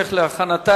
חוק העונשין (תיקון,